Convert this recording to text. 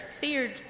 feared